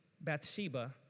Bathsheba